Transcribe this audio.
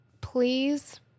please